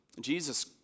Jesus